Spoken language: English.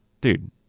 dude